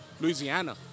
Louisiana